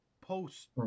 post